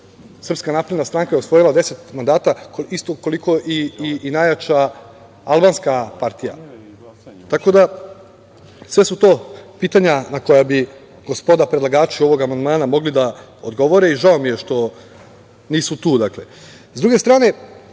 Srpska napredna stranka je osvojila 10 mandata, isto koliko i najjača albanska partija. Sve su to pitanja na koja bi gospoda predlagači ovog amandmana mogli da odgovore i žao mi je što nisu to.S